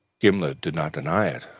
gimblet did not deny it,